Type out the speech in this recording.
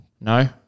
No